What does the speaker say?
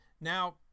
Now